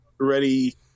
ready